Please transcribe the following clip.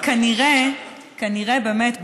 כנראה באמת,